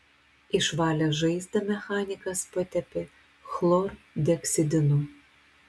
išvalęs žaizdą mechanikas patepė chlorheksidinu